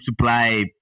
supply